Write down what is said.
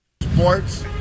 Sports